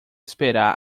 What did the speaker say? esperar